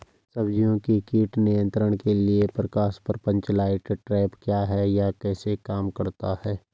सब्जियों के कीट नियंत्रण के लिए प्रकाश प्रपंच लाइट ट्रैप क्या है यह कैसे काम करता है?